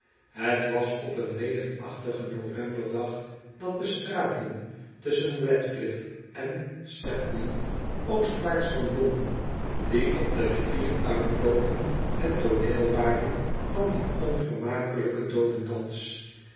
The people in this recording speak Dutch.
het was op een regenachtigen novemberdag dat de straten tusschen ratcliff en stepney oostwaarts van londen die op de rivier uitl oopen het tooneel waren van dien onvermakelijke n